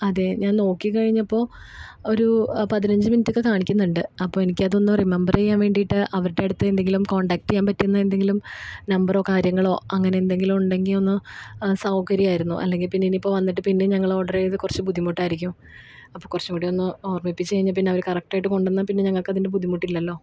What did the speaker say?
അതെ ഞാൻ നോക്കിക്കഴിഞ്ഞപ്പോൾ ഒരു പതിനഞ്ച് മിനിറ്റൊക്കെ കാണിക്കുന്നുണ്ട് അപ്പം എനിക്കതൊന്ന് റിമമ്പര ചെയ്യാൻ വേണ്ടിയിട്ട് അവരുടെ അടുത്തെന്തെങ്കിലും കോണ്ടാക്ട് ചെയ്യാൻ പറ്റുന്ന എന്തെങ്കിലും നമ്പറോ കാര്യങ്ങളോ അങ്ങനെ എന്തെങ്കിലുമുണ്ടെങ്കിൽ ഒന്ന് സൗകര്യമായിരുന്നു അല്ലെങ്കിൽപ്പിന്നെ എനിയിപ്പോൾ വന്നിട്ട് പിന്നേയും ഞങ്ങൾ ഓർഡർ ചെയ്ത് കുറച്ച് ബുദ്ധിമുട്ടായിരിക്കും അപ്പോൾ കുറച്ചൂംകൂടി ഒന്ന് ഓർമ്മിപ്പിച്ച് കഴിഞ്ഞാൽപ്പിന്നെ അവർ കറക്റ്റായിട്ട് കൊണ്ടുവന്നാൽപ്പിന്നെ ഞങ്ങൾക്കതിന്റെ ബുദ്ധിമുട്ടില്ലല്ലൊ